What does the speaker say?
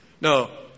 No